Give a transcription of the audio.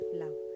love